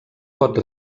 pot